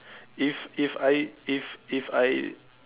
if if I if if I